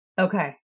Okay